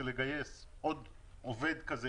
זה גיוס עוד עובד כזה,